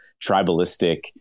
tribalistic